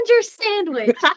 sandwich